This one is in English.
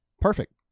perfect